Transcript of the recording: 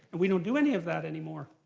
but we don't do any of that any more.